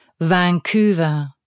Vancouver